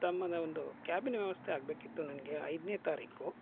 ತಮ್ಮದು ಒಂದು ಕ್ಯಾಬಿನ ವ್ಯವಸ್ಥೆ ಆಗಬೇಕಿತ್ತು ನನಗೆ ಐದನೇ ತಾರೀಕು